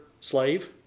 slave